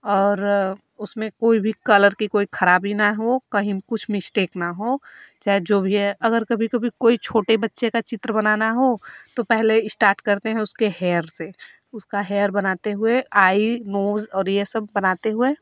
और उसमें कोई भी कलर की कोई खराबी ना हो कहीं कुछ मिस्टेक ना हो चाहे जो भी है अगर कभी कभी कोई छोटे बच्चे का चित्र बनाना हो तो इस्टार्ट करते हैं उसके हेयर से उसका हेयर बनाते हुए आई नोज़ और ये सब बनाते हुए